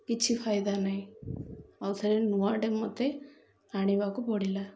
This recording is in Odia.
କିଛି ଫାଇଦା ନାହିଁ ଆଉ ଥରେ ନୂଆଟେ ମତେ ଆଣିବାକୁ ପଡ଼ିଲା